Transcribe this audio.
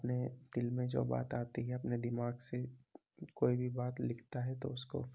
اپنے دل میں جو بات آتی ہے اپنے دماغ سے کوئی بھی بات لکھتا ہے تو اس کو